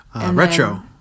Retro